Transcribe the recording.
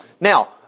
now